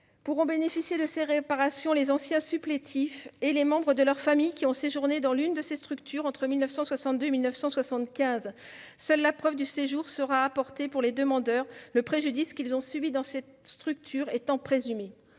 Pourront bénéficier de cette réparation les anciens supplétifs et les membres de leurs familles ayant séjourné dans l'une de ces structures entre 1962 et 1975. Seule la preuve du séjour sera à apporter par les demandeurs, le préjudice qu'ils ont subi dans ces structures étant présumé.